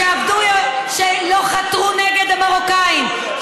שלא חתרו נגד המרוקאים,